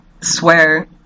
swear